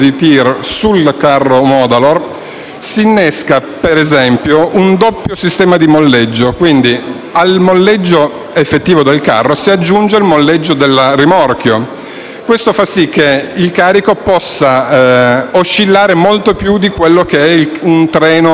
si innesca per esempio un doppio sistema di molleggio. Quindi, al molleggio effettivo del carro si aggiunge quello del rimorchio. Questo fa sì che il carico possa oscillare molto più di un treno o convoglio ferroviario tradizionale.